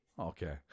Okay